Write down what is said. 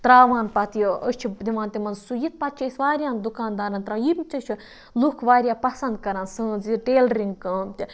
ترٛاوان پَتہٕ یہِ أسۍ چھِ دِوان تِمَن سُوِتھ پَتہٕ چھِ أسۍ واریَہَن دُکاندارَن ترٛاوان یِم تہِ چھِ لُکھ واریاہ پَسنٛد کَران سٲںٛز یہِ ٹیلرِنٛگ کٲم تہِ